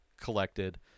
collected